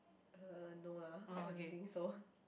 uh no lah I don't think so